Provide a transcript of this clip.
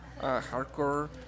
hardcore